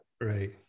Right